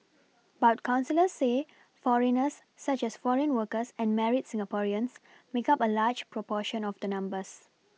but counsellors say foreigners such as foreign workers and married Singaporeans make up a large proportion of the numbers